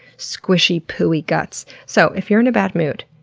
squishy, poo-ey guts. so if you're in a bad mood,